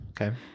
Okay